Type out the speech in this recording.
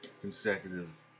consecutive